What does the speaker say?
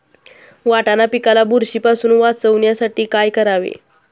वाटाणा पिकाला बुरशीपासून वाचवण्यासाठी काय करावे?